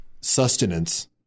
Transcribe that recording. sustenance